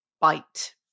bite